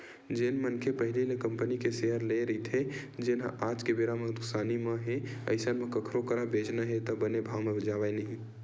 जेन मनखे पहिली ले कंपनी के सेयर लेए रहिथे जेनहा आज के बेरा म नुकसानी म हे अइसन म कखरो करा बेंचना हे त बने भाव म जावय नइ